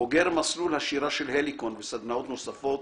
בוגר מסלול השירה של הליקון וסדנאות נוספות